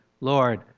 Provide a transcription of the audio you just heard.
Lord